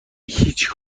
هیچ